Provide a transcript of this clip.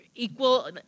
equal